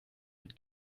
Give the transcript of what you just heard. mit